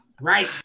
Right